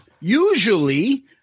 usually